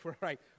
Right